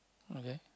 okay